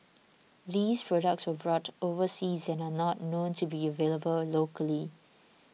these products were bought overseas and are not known to be available locally